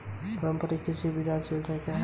परंपरागत कृषि विकास योजना क्या है?